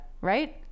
right